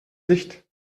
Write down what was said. sicht